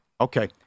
Okay